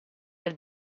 del